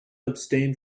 abstain